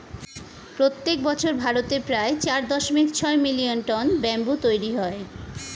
প্রত্যেক বছর ভারতে প্রায় চার দশমিক ছয় মিলিয়ন টন ব্যাম্বু তৈরী হয়